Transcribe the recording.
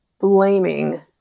blaming